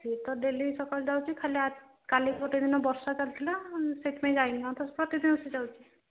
ସିଏ ତ ଡେଲି ସକାଳୁ ଯାଉଛି ଖାଲି କାଲି ଗୋଟେ ଦିନ ବର୍ଷା ହେଉଥିଲା ସେଇଥିପାଇଁ ଯାଇନି ତ ପ୍ରତିଦିନ ସେ ଯାଉଛି